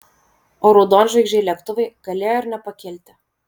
o raudonžvaigždžiai lėktuvai galėjo ir nepakilti